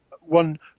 one